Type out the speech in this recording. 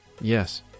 Yes